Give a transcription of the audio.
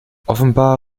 offenbar